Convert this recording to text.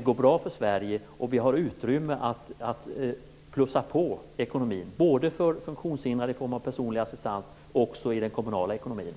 går bra för Sverige och att vi har utrymme att öka på ekonomin, både för funktionshindrade i form av personlig assistans och även i den kommunala ekonomin.